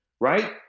right